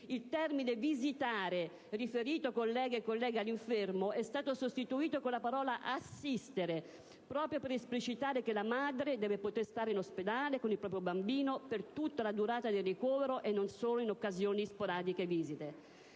Il termine «visitare» riferito all'infermo è stato sostituito con la parola «assistere», proprio per esplicitare che la madre deve poter stare in ospedale con il proprio bambino per tutta la durata del ricovero, e non solo in occasione di sporadiche visite.